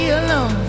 alone